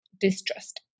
distrust